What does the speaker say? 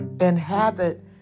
inhabit